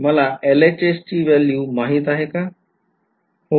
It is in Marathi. मला LHS ची value माहित आहे का